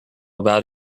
about